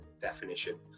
definition